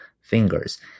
fingers